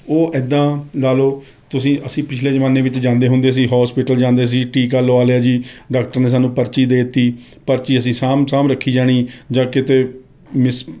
ਉਹ ਇੱਦਾਂ ਲਾ ਲਓ ਤੁਸੀਂ ਅਸੀਂ ਪਿਛਲੇ ਜ਼ਮਾਨੇ ਵਿੱਚ ਜਾਂਦੇ ਹੁੰਦੇ ਸੀ ਹੌਸਪੀਟਲ ਜਾਂਦੇ ਸੀ ਟੀਕਾ ਲਵਾ ਲਿਆ ਜੀ ਡਾਕਟਰ ਨੇ ਸਾਨੂੰ ਪਰਚੀ ਦੇ ਤੀ ਪਰਚੀ ਅਸੀਂ ਸਾਂਭ ਸਾਂਭ ਰੱਖੀ ਜਾਣੀ ਜਾਂ ਕਿਤੇ ਮਿਸ